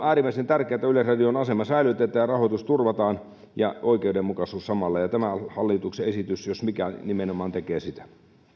äärimmäisen tärkeätä että yleisradion asema säilytetään ja rahoitus turvataan ja oikeudenmukaisuus samalla ja tämä hallituksen esitys jos mikä nimenomaan tekee sitä